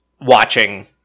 watching